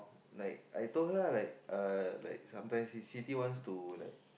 like I told her like ah like sometimes city wants to like